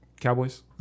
Cowboys